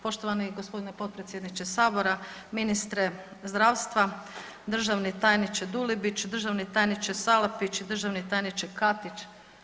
Poštovani gospodine potpredsjedniče Sabora, ministre zdravstva, državni tajniče Dulebić, državni tajniče Salapić i državni tajniče Katić.